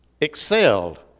excelled